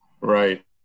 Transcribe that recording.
Right